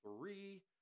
three